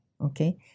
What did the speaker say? okay